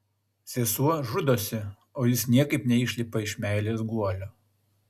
sesuo žudosi o jis niekaip neišlipa iš meilės guolio